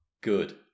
Good